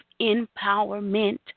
Empowerment